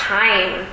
time